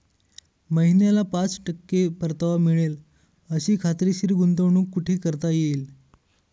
महिन्याला पाच टक्के परतावा मिळेल अशी खात्रीशीर गुंतवणूक कुठे करता येईल?